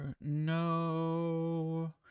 No